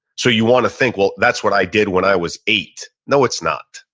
so you want to think, well, that's what i did when i was eight. no, it's not.